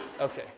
Okay